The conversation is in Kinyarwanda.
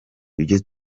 ibyo